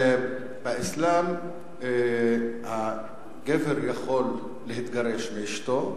באסלאם הגבר יכול להתגרש מאשתו,